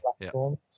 platforms